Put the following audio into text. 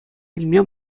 илме